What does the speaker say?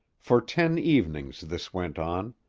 for ten evenings this went on,